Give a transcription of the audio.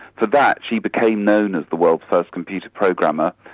for that she became known as the world's first computer programmer,